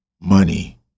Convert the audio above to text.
money